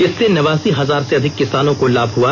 इससे नवासी हजार से अधिक किसानों को लाभ हुआ